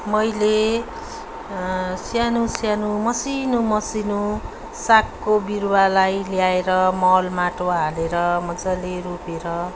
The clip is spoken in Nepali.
मैले सानो सानो मसिनु मसिनु सागको बिरुवालाई ल्याएर मल माटो हालेर मज्जाले रोपेर